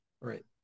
Right